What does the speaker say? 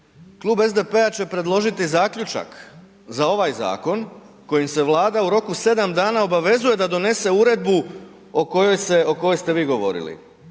Klub SDP-a će predložiti zaključak za ovaj zakon kojim se Vlada u roku 7 dana obavezuje da donese uredbu o kojoj ste vi govorili